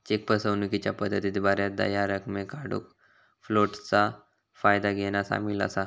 check फसवणूकीच्या पद्धतीत बऱ्याचदा ह्या रकमेक काढूक फ्लोटचा फायदा घेना सामील असा